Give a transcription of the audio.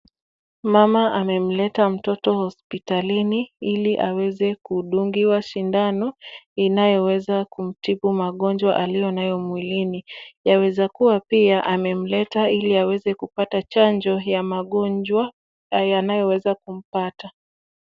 Mama amemleta mototo hospitalini ili aweze kudungiwa sindano inayoweza kumtibu magonjwa aliyonayo mwilini. Yawezakua pia amemleta ili aweze kupata chanjo ya magonjwa yanayoweza kumpata.